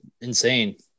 insane